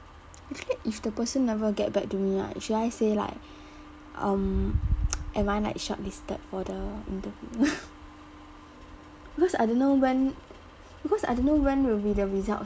actually if the person never get back to me right should I say like um am I like shortlisted for the interview because I don't know when because I don't know when will be the results